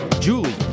Julie